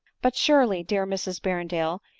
but, surely, dear mrs berrendale,